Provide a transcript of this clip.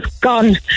gone